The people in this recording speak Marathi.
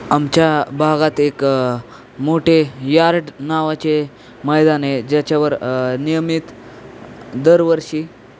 आमच्या भागात एक मोठे यार्ड नावाचे मैदान आहे ज्याच्यावर नियमित दरवर्षी